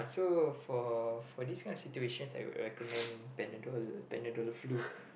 so for for this kind of situations I would recommend Panadol is it Panadol flu